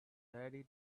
daddy